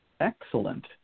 Excellent